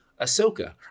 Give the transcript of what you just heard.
Ahsoka